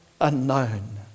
unknown